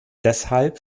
deshalb